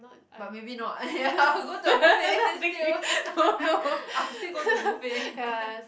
but maybe not ya I'll go to a movie and then steal I will still go to movie